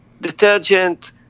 detergent